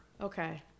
Okay